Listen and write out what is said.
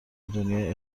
دنیای